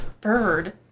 bird